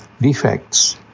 defects